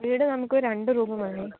വീട് നമുക്ക് രണ്ട് റൂം വേണം